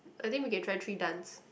I think we can try three dance